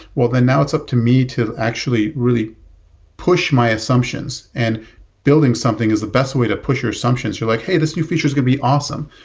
well, then now it's up to me to actually really push my assumptions, and building something is the best way to push your assumptions. you're like, hey, this new feature is going to be awesome.